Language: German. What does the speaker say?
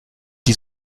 die